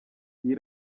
iyi